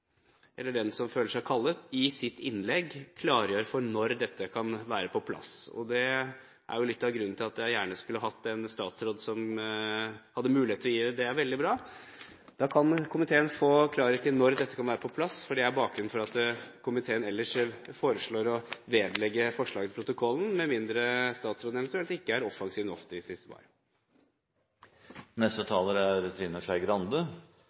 eller den som føler seg kallet, i sitt innlegg klargjør når dette kan være på plass. Det er litt av grunnen til at jeg gjerne skulle hatt en statsråd her som hadde mulighet til å gi … Det er veldig bra! Da kan komiteen få klarhet i når dette kan være på plass, for det er bakgrunnen for at komiteen ellers foreslår å vedlegge forslaget protokollen, hvis statsråden eventuelt ikke er offensiv